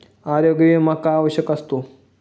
आरोग्य विमा का आवश्यक असतो?